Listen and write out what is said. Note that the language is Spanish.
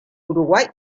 uruguay